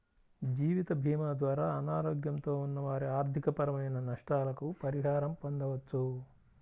జీవితభీమా ద్వారా అనారోగ్యంతో ఉన్న వారి ఆర్థికపరమైన నష్టాలకు పరిహారం పొందవచ్చు